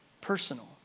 personal